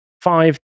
five